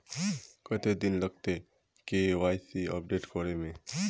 कते दिन लगते के.वाई.सी अपडेट करे में?